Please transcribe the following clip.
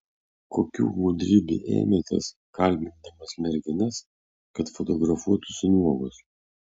kokių gudrybių ėmėtės kalbindamas merginas kad fotografuotųsi nuogos